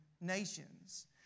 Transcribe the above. nations